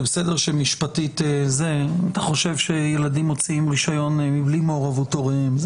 זה בסדר שמשפטית אתה חושב שילדים מוציאים רישיון בלי מעורבות הורים.